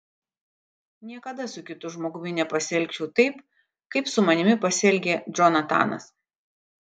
niekada su kitu žmogumi nepasielgčiau taip kaip su manimi pasielgė džonatanas